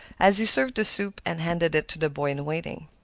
as he served the soup and handed it to the boy in waiting.